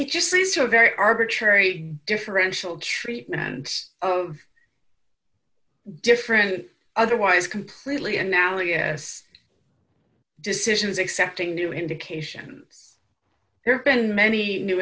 it just seems to a very arbitrary differential treatment and of different otherwise completely analogous decisions accepting new indications there have been many new